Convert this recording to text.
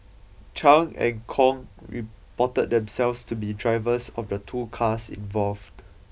Chan and Kong reported themselves to be drivers of the two cars involved